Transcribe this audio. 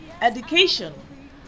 education